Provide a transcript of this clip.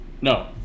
No